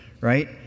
right